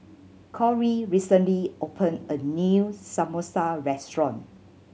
Corry recently opened a new Samosa restaurant